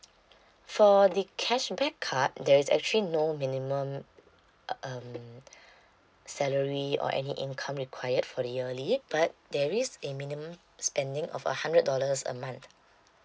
for the cashback card there is actually no minimum um salary or any income required for the yearly but there is a minimum spending of a hundred dollars a month